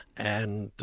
and